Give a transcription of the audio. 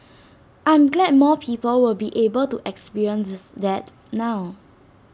I'm glad more people will be able to experience that now